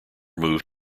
moved